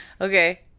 Okay